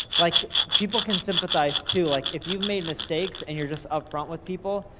like people can sympathize too, like if you've made mistakes and you're just up front with people,